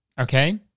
Okay